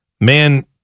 Man